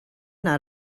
not